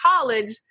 college